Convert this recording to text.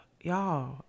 y'all